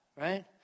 right